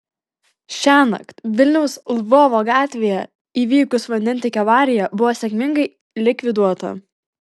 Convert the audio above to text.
šiąnakt vilniaus lvovo gatvėje įvykusi vandentiekio avarija buvo sėkmingai likviduota